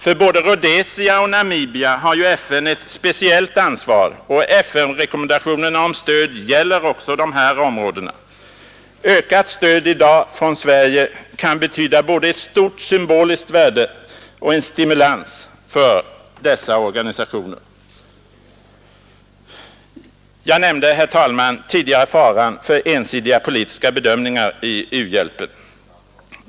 För både Rhodesia och Namibia har ju FN ett speciellt ansvar, och FN-rekommendationerna om stöd gäller också dessa områden. Ökat stöd i dag från Sverige kan betyda både ett stort symboliskt värde och en stimulans för dessa organisationer. Jag nämnde, herr talman, tidigare faran för ensidiga politiska bedömningar i u-hjälpen.